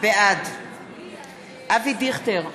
בעד אבי דיכטר,